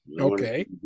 Okay